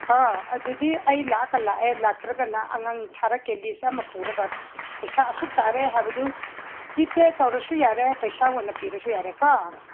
ꯍꯥ ꯑꯗꯨꯗꯤ ꯑꯩ ꯂꯥꯛꯑꯒ ꯂꯥꯛꯑꯦ ꯂꯥꯛꯇ꯭ꯔꯒꯅ ꯑꯉꯥꯡ ꯊꯥꯔꯛꯀꯦ ꯂꯤꯁ ꯑꯃ ꯄꯨꯔꯒ ꯄꯩꯁꯥ ꯑꯁꯨꯛ ꯇꯥꯔꯦ ꯍꯥꯏꯕꯗꯨ ꯖꯤꯄꯦ ꯇꯧꯔꯁꯨ ꯌꯥꯔꯦ ꯄꯩꯁꯥ ꯑꯣꯏꯅ ꯄꯤꯔꯁꯨ ꯌꯥꯔꯦ ꯀꯣ